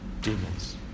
demons